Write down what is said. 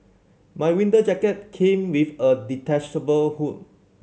my winter jacket came with a detachable hood